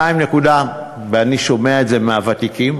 אני שומע את זה מהוותיקים,